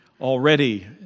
already